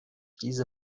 diese